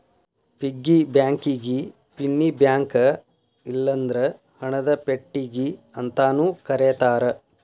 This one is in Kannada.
ಪಿಗ್ಗಿ ಬ್ಯಾಂಕಿಗಿ ಪಿನ್ನಿ ಬ್ಯಾಂಕ ಇಲ್ಲಂದ್ರ ಹಣದ ಪೆಟ್ಟಿಗಿ ಅಂತಾನೂ ಕರೇತಾರ